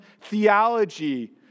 theology